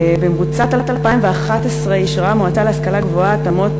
במרוצת 2011 אישרה המועצה להשכלה גבוהה התאמות